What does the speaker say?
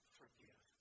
forgive